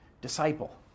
Disciple